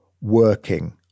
working